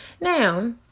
Now